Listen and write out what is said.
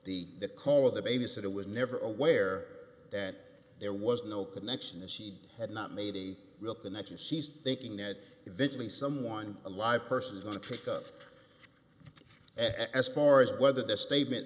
so the call of the baby sitter was never aware that there was no connection that she had not made a real connection she's thinking that eventually someone a live person is going to trick up as far as whether the statement